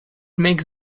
makes